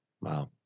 Wow